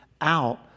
out